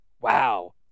wow